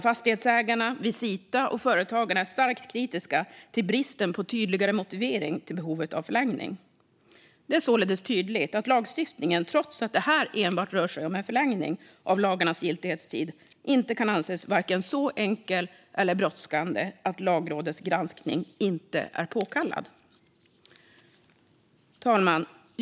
Fastighetsägarna, Visita och Företagarna är starkt kritiska till bristen på tydligare motivering till behovet av förlängning. Det är således tydligt att lagstiftningen, trots att det enbart rör sig om en förlängning av lagarnas giltighetstid, inte kan anses vare sig så enkel eller så brådskande att Lagrådets granskning inte är påkallad. Fru talman!